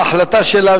ההחלטה שלה,